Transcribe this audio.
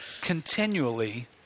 continually